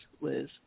Liz